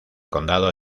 condado